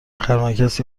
خرمگسی